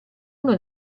uno